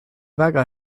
väga